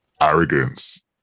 arrogance